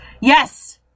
Yes